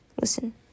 Listen